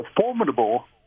formidable